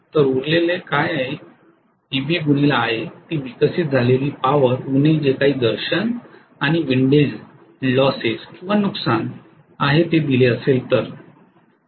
तर उरलेले काय आहे EbIa ती विकसित झालेली पॉवर उणे जे काही घर्षण आणि विंडेज नुकसान आहे ते दिले असेल तर